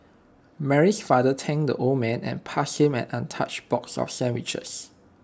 Mary's father thanked the old man and passed him an untouched box of sandwiches